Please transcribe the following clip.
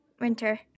winter